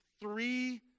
Three